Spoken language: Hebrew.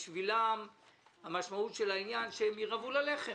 המשמעות בשבילם היא שהם ירעבו ללחם,